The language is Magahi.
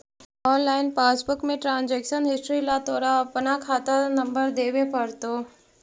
ऑनलाइन पासबुक में ट्रांजेक्शन हिस्ट्री ला तोरा अपना खाता नंबर देवे पडतो